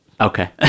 Okay